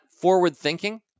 forward-thinking